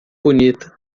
bonita